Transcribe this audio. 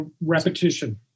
repetition